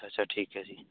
ਅੱਛਾ ਠੀਕ ਹੈ ਜੀ